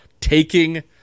taking